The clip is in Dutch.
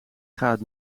gaat